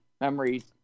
memories